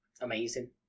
Amazing